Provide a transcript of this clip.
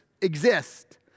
exist